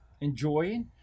enjoying